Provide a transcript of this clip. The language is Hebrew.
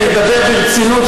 כי אני מדבר ברצינות,